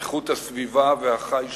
איכות הסביבה והחי שבתוכה.